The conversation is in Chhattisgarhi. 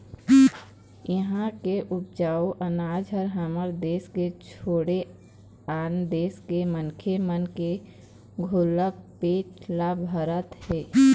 इहां के उपजाए अनाज ह हमर देस के छोड़े आन देस के मनखे मन के घलोक पेट ल भरत हे